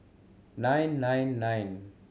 nine nine nine